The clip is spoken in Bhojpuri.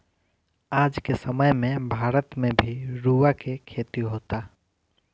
आज के समय में भारत में भी रुआ के खेती होता